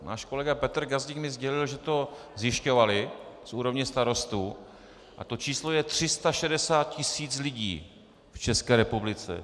Náš kolega Petr Gazdík mi sdělil, že to zjišťovali z úrovně starostů a to číslo je 360 tisíc lidí v České republice.